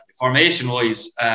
Formation-wise